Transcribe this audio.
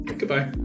goodbye